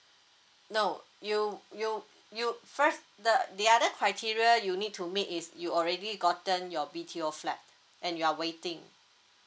no you you you first the the other criteria you need to meet is you already gotten your B T O flat and you are waiting